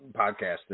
Podcasting